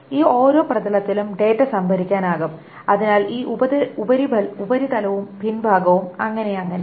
ഈ ഓരോ പ്രതലത്തിലും ഡാറ്റ സംഭരിക്കാനാകും അതിനാൽ ഈ ഉപരിതലവും പിൻഭാഗവും അങ്ങനെ അങ്ങനെ